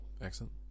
Excellent